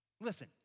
Listen